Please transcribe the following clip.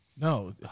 No